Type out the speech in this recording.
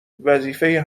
وظیفه